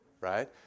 right